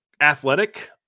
athletic